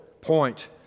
point